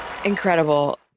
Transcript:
Incredible